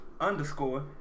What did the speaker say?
underscore